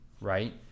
Right